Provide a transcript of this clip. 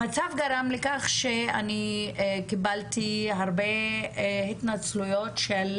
המצב גרם לכך שאני קיבלתי הרבה התנצלויות של